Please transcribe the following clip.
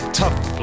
tough